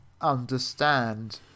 understand